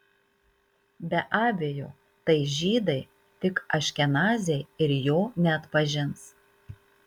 be abejo tai žydai tik aškenaziai ir jo neatpažins